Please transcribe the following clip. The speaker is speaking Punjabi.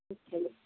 ਅੱਛਾ ਜੀ